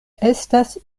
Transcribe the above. estas